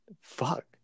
fuck